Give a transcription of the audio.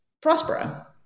Prospero